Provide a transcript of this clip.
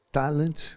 talent